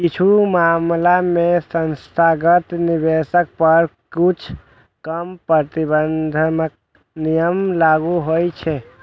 किछु मामला मे संस्थागत निवेशक पर किछु कम प्रतिबंधात्मक नियम लागू होइ छै